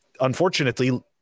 unfortunately